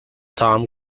tom